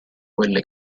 quelle